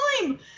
time